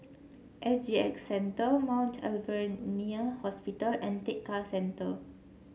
S G X Center Mount Alvernia Hospital and Tekka Center